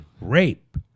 Rape